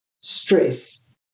stress